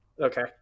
okay